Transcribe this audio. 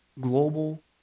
Global